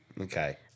Okay